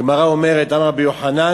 הגמרא אומרת על רבי יוחנן